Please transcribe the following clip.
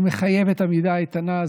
והיא מחייבת עמידה איתנה.